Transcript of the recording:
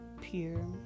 Pure